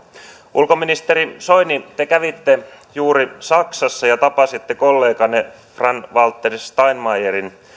ulkoministeri soini te kävitte juuri saksassa ja tapasitte kolleganne frank walter steinmeierin